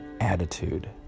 attitude